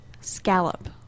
scallop